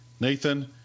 Nathan